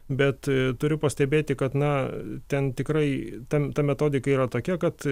bet turiu pastebėti kad na ten tikrai ta ta metodika yra tokia kad